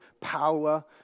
power